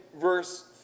verse